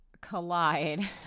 collide